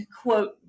quote